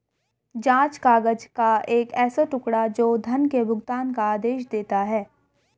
जाँच काग़ज़ का एक ऐसा टुकड़ा, जो धन के भुगतान का आदेश देता है